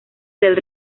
del